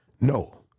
No